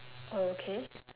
okay